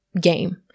game